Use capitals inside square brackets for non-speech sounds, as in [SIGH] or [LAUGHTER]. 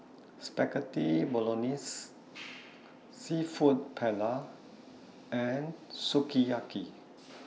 Spaghetti Bolognese [NOISE] Seafood Paella and Sukiyaki [NOISE]